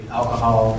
alcohol